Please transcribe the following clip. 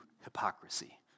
hypocrisy